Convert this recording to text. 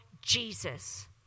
Jesus